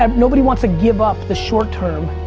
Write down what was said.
um nobody wants to give up the short term.